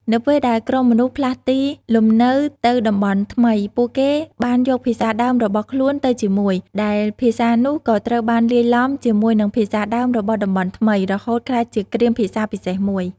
នៅពេលដែលក្រុមមនុស្សផ្លាស់ទីលំនៅទៅតំបន់ថ្មី ពួកគេបានយកភាសាដើមរបស់ខ្លួនទៅជាមួយ ដែលភាសានោះក៏ត្រូវបានលាយឡំ ជាមួយនឹងភាសាដើមរបស់តំបន់ថ្មី រហូតក្លាយជាគ្រាមភាសាពិសេសមួយ។